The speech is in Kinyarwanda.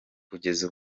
kugeza